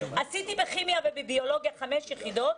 נבחנתי בכימיה ובביולוגיה בחמש יחידות,